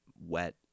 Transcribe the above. wet